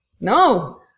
no